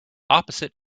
opposite